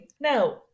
now